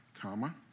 comma